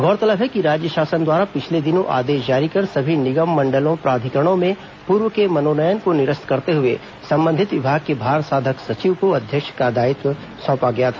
गौरतलब है कि राज्य शासन द्वारा पिछले दिनों आदेश जारी कर सभी निगम मण्डलों प्राधिकरणों में पूर्व के मनोनयन को निरस्त करते हुए संबंधित विभाग के भारसाधक सचिव को अध्यक्ष का दायित्व सौंपा गया था